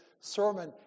sermon